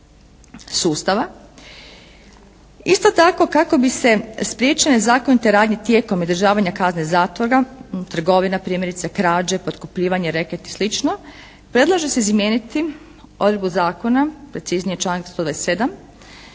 Isto tako kako bi se spriječile nezakonite radnje tijekom izdržavanja kazne zatvora, trgovina primjerice krađe, potkupljivanje, reket i slično predlaže se izmijeniti odredbu zakona, preciznije članak 127.